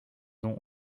dont